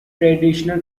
traditional